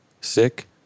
sick